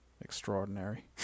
extraordinary